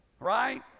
right